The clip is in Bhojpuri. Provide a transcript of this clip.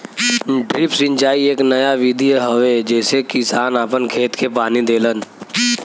ड्रिप सिंचाई एक नया विधि हवे जेसे किसान आपन खेत के पानी देलन